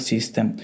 System